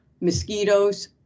mosquitoes